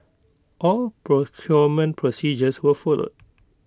all procurement procedures were followed